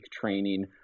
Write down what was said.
training